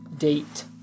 Date